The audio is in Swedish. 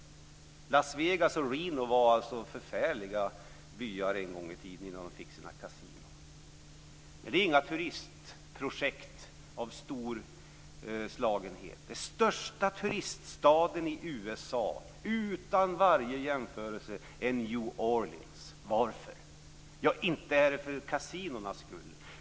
Las Vegas och Reno var förfärliga byar en gång i tiden, innan de fick sina kasinon. Men det är inga storslagna turistprojekt. Den största turiststaden i USA, utan varje jämförelse, är New Orleans. Varför? Ja, inte är det för kasinonas skull.